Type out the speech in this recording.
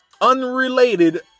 unrelated